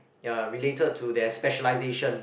ya related to their specialisation